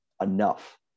enough